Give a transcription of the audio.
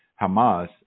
Hamas